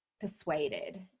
persuaded